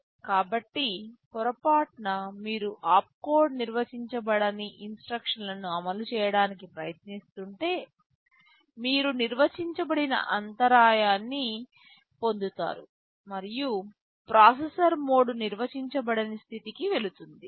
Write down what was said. కాబట్టి పొరపాటున మీరు ఆప్కోడ్ నిర్వచించబడని ఇన్స్ట్రక్షన్ లను అమలు చేయడానికి ప్రయత్నిస్తుంటే మీరు నిర్వచించబడని అంతరాయాన్ని పొందుతారు మరియు ప్రాసెసర్ మోడ్ నిర్వచించబడని స్థితికి వెళుతుంది